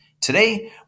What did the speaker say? Today